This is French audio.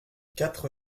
quatre